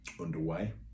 underway